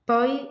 Poi